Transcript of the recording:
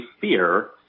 fear